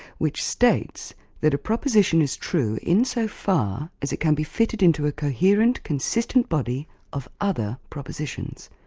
which states that a proposition is true insofar as it can be fitted into a coherent, consistent body of other propositions.